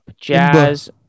Jazz